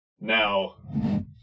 Now